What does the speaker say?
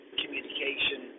communication